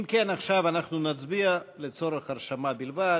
אם כן, עכשיו אנחנו נצביע לצורך הרשמה בלבד.